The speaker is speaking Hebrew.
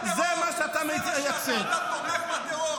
אתה מגנה רצח של מתנחלים?